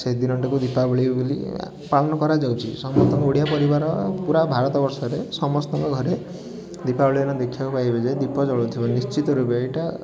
ସେଇଦିନଟିକୁ ଦୀପାବଳି ବୋଲି ପାଳନ କରାଯାଉଛି ସମସ୍ତଙ୍କ ଓଡ଼ିଆ ପରିବାର ପୂରା ଭାରତବର୍ଷରେ ସମସ୍ତଙ୍କ ଘରେ ଦୀପାବଳି ଦିନ ଦେଖିବାକୁ ପାଇବେ ଯେ ଦୀପ ଜଳୁଥିବ ନିଶ୍ଚିନ୍ତ ରୁପେ ଏଇଟା